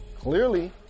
clearly